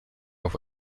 auf